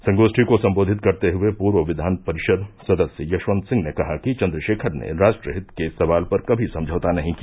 संगोष्ठी को सम्बोधित करते हुये पूर्व विधान परिषद सदस्य यशवंत सिंह ने कहा कि चन्द्रशेखर ने राष्ट्रहित के सवाल पर कभी समझौता नही किया